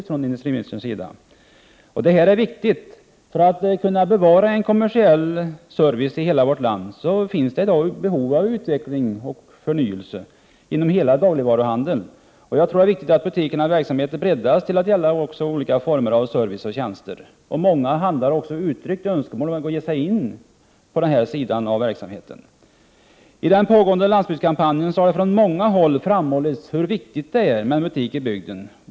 Herr talman! Jag tackar för det svaret, som jag tolkar som mycket positivt. Detta är viktigt. Det finns i dag behov av utveckling och förnyelse inom hela dagligvaruhandeln för att kunna bevara en kommersiell service i hela vårt land. Jag tror att det är viktigt att butikernas verksamhet breddas till att gälla också olika former av service och tjänster. Många handlare har också uttryckt önskemål om att ge sig in på denna typ av verksamhet. I den pågående landsbygdskampanjen har det från många håll framhållits hur viktigt det är med en butik i bygden.